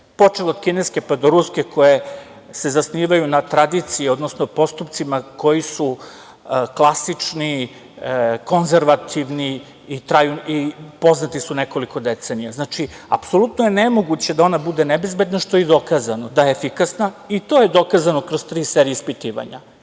počev od kineske pa do ruske koje se zasnivaju na tradiciji, odnosno postupcima koji su klasični, konzervativni i poznati su nekoliko decenija. Apsolutno je nemoguće da ona bude nebezbedna što je i dokazano. Da je efikasna i to je dokazano kroz tri serije ispitivanja.